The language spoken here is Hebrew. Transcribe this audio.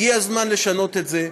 הגיע הזמן לשנות את זה.